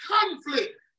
conflict